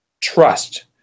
trust